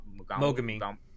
Mogami